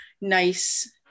nice